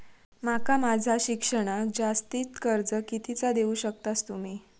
माका माझा शिक्षणाक जास्ती कर्ज कितीचा देऊ शकतास तुम्ही?